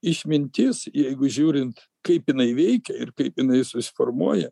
išmintis jeigu žiūrint kaip jinai veikia ir kai jinai susiformuoja